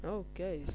okay